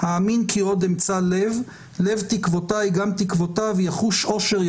אאמין כי עוד אמצא לב / לב תקוותי גם תקוותיו / יחוש אושר,